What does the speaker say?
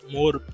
More